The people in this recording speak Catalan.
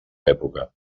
època